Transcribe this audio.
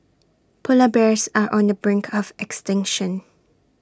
Polar Bears are on the brink of extinction